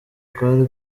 kwari